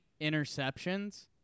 interceptions